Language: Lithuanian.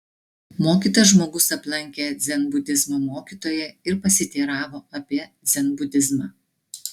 mokytas žmogus aplankė dzenbudizmo mokytoją ir pasiteiravo apie dzenbudizmą